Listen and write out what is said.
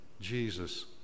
Jesus